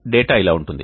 data ఇలా ఉంటుంది